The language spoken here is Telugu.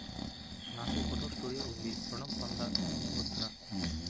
నాకు ఫోటో స్టూడియో ఉంది ఋణం పొంద వచ్చునా?